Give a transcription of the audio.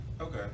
okay